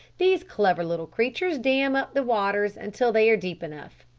these clever little creatures dam up the waters until they are deep enough.